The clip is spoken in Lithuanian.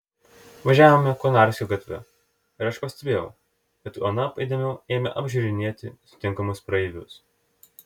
važiavome konarskio gatve ir aš pastebėjau kad ona įdėmiau ėmė apžiūrinėti sutinkamus praeivius